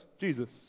Jesus